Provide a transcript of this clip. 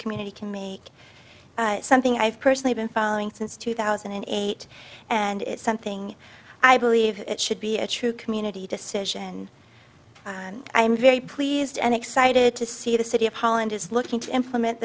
community can make something i've personally been following since two thousand and eight and it's something i believe it should be a true community decision and i'm very pleased and excited to see the city of holland is looking to implement